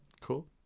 Cool